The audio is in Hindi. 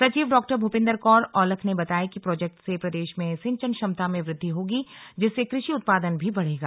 सचिव डा भूपिंदर कौर औलख ने बताया कि प्रोजेक्ट से प्रदेश में सिंचन क्षमता में वृद्धि होगी जिससे कृषि उत्पादन भी बढ़ेगा